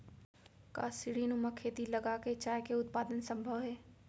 का सीढ़ीनुमा खेती लगा के चाय के उत्पादन सम्भव हे?